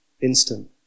instant